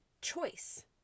choice